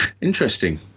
Interesting